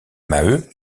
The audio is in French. maheu